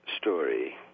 story